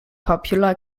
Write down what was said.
popular